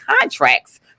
contracts